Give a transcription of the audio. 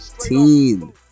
team